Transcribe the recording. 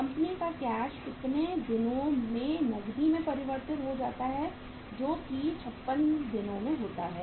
company का cash कितने दिनों में नकदी में परिवर्तित हो जाता है जो कि 56 दिनों होता है